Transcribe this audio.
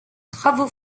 travaux